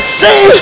say